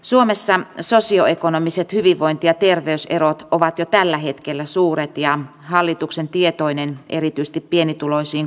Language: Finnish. suomessa sosioekonomiset hyvinvointi ja terveyserot ovat jo tällä hetkellä suuret ja hallituksen tietoinen erityisesti pienituloisiin